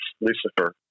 Lucifer